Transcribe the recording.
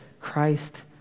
Christ